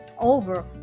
over